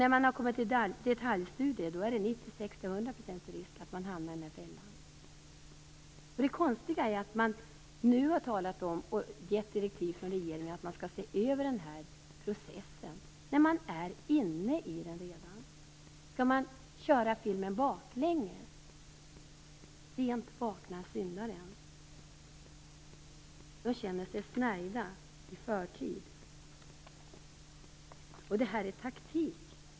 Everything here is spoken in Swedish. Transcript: När man har kommit till detaljstudier är det 96-100 % risk att man hamnar i fällan. Det konstiga är att man nu har talat om och gett direktiv från regeringen att man skall se över den här processen, när man redan är inne i den. Skall man köra filmen baklänges? Sent vaknar syndaren! Människor känner sig snärjda i förtid. Detta är taktik.